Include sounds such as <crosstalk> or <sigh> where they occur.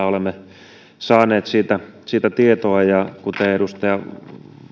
<unintelligible> olemme saaneet siitä tietoa edustaja